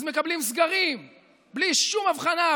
אז מקבלים סגרים בלי שום הבחנה,